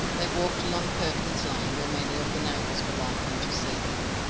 they walked along perkins' lane where many of the neighbours were likely to see them,